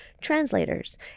translators